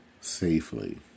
safely